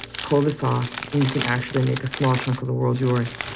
pull this off, and you can actually make a small chunk of the world yours.